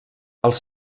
els